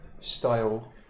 style